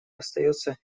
остается